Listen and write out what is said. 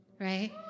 right